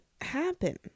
happen